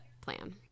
plan